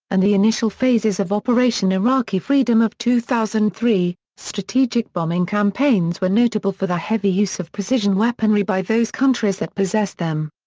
and the initial phases of operation iraqi freedom of two thousand and three, strategic bombing campaigns were notable for the heavy use of precision weaponry by those countries that possessed them.